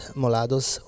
molados